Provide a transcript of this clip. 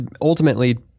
ultimately